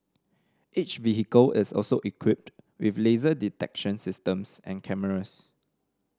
each vehicle is also equipped with laser detection systems and cameras